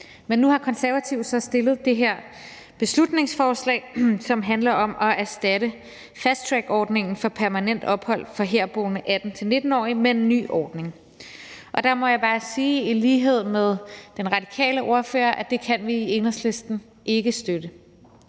Men nu har Konservative så fremsat det her beslutningsforslag, som handler om at erstatte fasttrackordningen for permanent opholdstilladelse til herboende 18-19-årige med en ny ordning. Der må jeg bare sige i lighed med den radikale ordfører, at det kan vi i Enhedslisten ikke støtte.